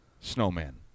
snowman